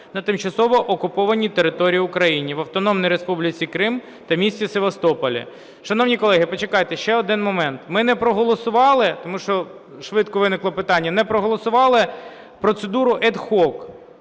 на тимчасово окупованій території України – в Автономної Республіки Крим та місті Севастополі. Шановні колеги, почекайте, ще один момент. Ми не проголосували, тому що швидко виникло питання, не проголосували процедуру ad